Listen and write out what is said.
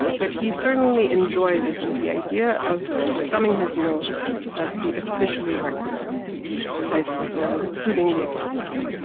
but he certainly enjoyed, i think, the idea of, sort of thumbing his nose at the officially recognised sites of authority, including the academy.